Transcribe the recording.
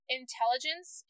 intelligence